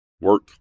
work